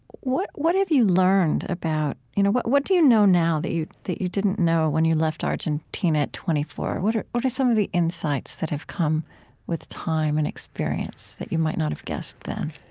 what what have you learned about you know what what do you know now that you that you didn't know when you left argentina at twenty four? what are what are some of the insights that have come with time and experience that you might not have guessed then?